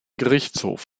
gerichtshof